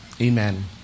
Amen